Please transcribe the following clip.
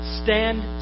stand